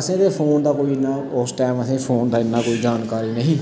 असें ते फोन दा उस टैम इन्ना कोई जानकारी नेंई ही